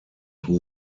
who